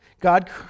God